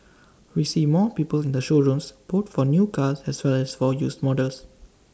we see more people in the showrooms both for new cars as well as for used models